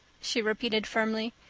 she repeated firmly.